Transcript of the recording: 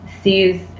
sees